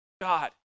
God